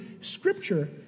scripture